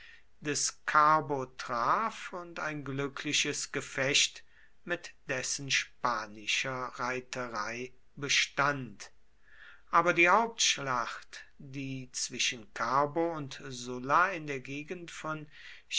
des carbo traf und ein glückliches gefecht mit dessen spanischer reiterei bestand aber die hauptschlacht die zwischen carbo und sulla in der gegend von